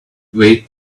wait